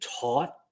taught